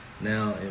Now